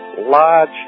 large